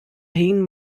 ħin